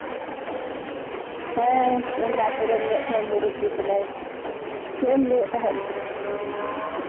ᱦᱮᱸ ᱤᱧ ᱫᱚ ᱟᱹᱛᱩ ᱨᱮᱱ ᱢᱩᱨᱩᱵᱽᱵᱤ ᱠᱟᱹᱱᱟᱹᱧ ᱪᱮᱫ ᱮᱢ ᱞᱟᱹᱭᱮᱫ ᱛᱟᱦᱮᱸᱫ